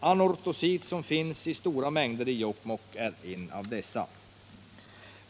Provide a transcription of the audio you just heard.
Anortosit, som finns i stora mängder i Jokkmokk, är en av dessa.